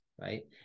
right